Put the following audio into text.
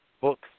book